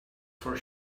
for